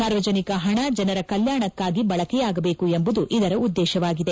ಸಾರ್ವಜನಿಕ ಹಣ ಜನರ ಕಲ್ಯಾಣಕ್ಕಾಗಿ ಬಳಕೆಯಾಗಬೇಕು ಎಂಬುದು ಇದರ ಉದ್ದೇಶವಾಗಿದೆ